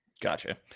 Gotcha